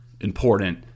important